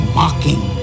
mocking